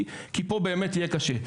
כי באמת קשה להבין את זה.